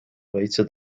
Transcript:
kaitse